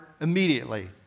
immediately